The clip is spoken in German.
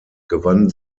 gewann